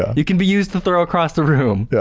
you can be used to throw across the room. yeah